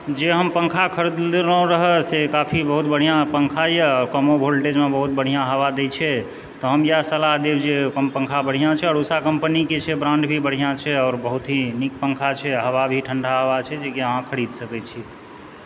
जे हम पङ्खा खरीदलहुँ रहऽ से काफी बहुत बढ़िआँ पङ्खा यऽ आ कमो वोल्टेजमे बहुत बढ़िआँ हवा दए छै तऽ हम इएह सलाह देब जे पङ्खा बढ़िआँ छै और उषा कम्पनीके छै ब्राण्ड भी बढ़िआँ छै और बहुत ही नीक पङ्खा छै हवा भी ठण्डा हवा छै जे कि अहाँ खरीद सकैत छी